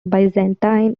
byzantine